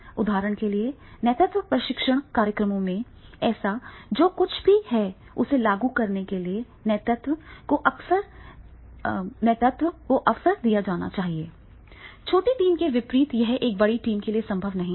उदाहरण के लिए नेतृत्व प्रशिक्षण कार्यक्रमों में उन्हें जो कुछ भी है उसे लागू करने के लिए नेतृत्व का अवसर दिया जाना चाहिए छोटी टीम के विपरीत यह एक बड़ी टीम के लिए संभव नहीं है